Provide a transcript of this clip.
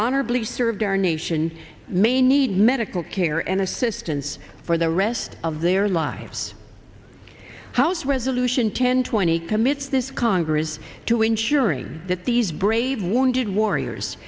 honorably served our nation may need adequate care and assistance for the rest of their lives house resolution ten twenty commits this congress to ensuring that these brave wounded warriors